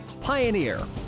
Pioneer